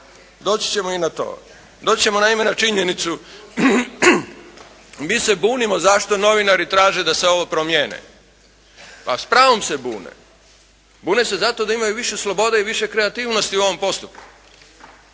Doći ćemo i na to. Doći ćemo naime na činjenicu, mi se bunimo zašto novinari traže da se ovo promijeni? A s pravom se bune. Bune se zato da imaju više slobode i više kreativnosti u ovom postupku.